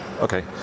Okay